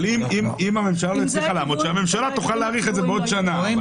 אבל הממשלה תוכל להאריך את זה בעוד שנה.